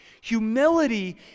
humility